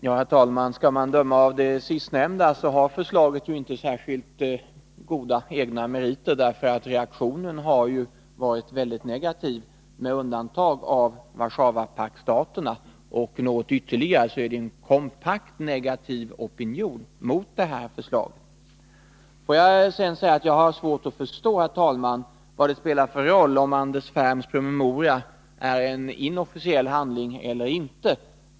Herr talman! Skall man döma av mottagandet har inte förslaget särskilt goda egna meriter. Reaktionen har ju varit negativ. Med undantag av Warszawapaktsstaterna och något ytterligare land är det en kompakt negativ opinion mot förslaget. Jag har, herr talman, svårt att förstå vad det spelar för roll om Anders Ferms promemoria är en inofficiell handling eller inte.